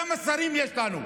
כמה שרים יש לנו.